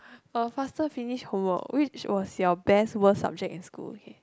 a faster finish homework which was your best worst subject in school okay